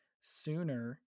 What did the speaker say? sooner